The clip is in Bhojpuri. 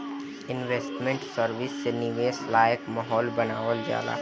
इन्वेस्टमेंट सर्विस से निवेश लायक माहौल बानावल जाला